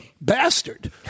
bastard